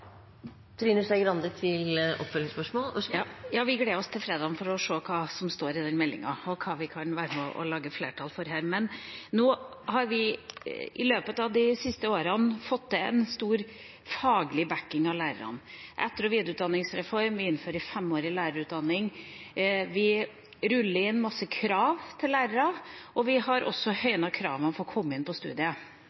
Ja, vi gleder oss til fredag for å se hva som står i den meldinga, og hva vi kan være med på å lage flertall for her. Nå har vi i løpet av de siste årene fått til en stor faglig «backing» av lærerne: Vi har en etter- og videreutdanningsreform, vi innfører femårig lærerutdanning, det rulles ut mange krav til lærerne, og vi har også